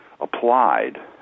applied